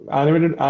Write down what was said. animated